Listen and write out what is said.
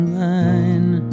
line